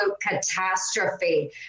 catastrophe